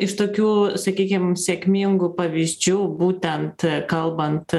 iš tokių sakykim sėkmingų pavyzdžių būtent kalbant